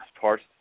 parts